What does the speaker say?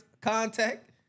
contact